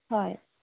হয়